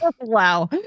wow